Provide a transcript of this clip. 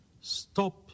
stop